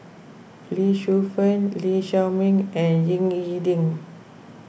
Lee Shu Fen Lee Shao Meng and Ying E Ding